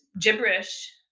gibberish